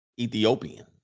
Ethiopian